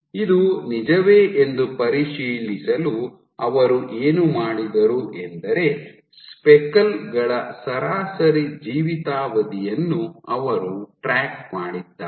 ಇದು ನಿಜವೇ ಎಂದು ಪರಿಶೀಲಿಸಲು ಅವರು ಏನು ಮಾಡಿದರು ಎಂದರೆ ಸ್ಪೆಕಲ್ ಗಳ ಸರಾಸರಿ ಜೀವಿತಾವಧಿಯನ್ನು ಅವರು ಟ್ರ್ಯಾಕ್ ಮಾಡಿದ್ದಾರೆ